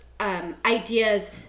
ideas